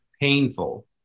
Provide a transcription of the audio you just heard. painful